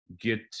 get